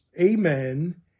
amen